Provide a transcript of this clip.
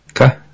Okay